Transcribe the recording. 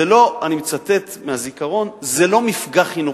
אני מצטט מהזיכרון, זה לא מפגע חינוכי.